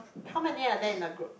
how many are there in a group